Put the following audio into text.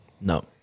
No